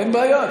אין בעיה.